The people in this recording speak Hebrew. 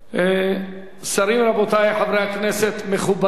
שרים, רבותי חברי הכנסת, מכובדי,